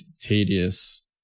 tedious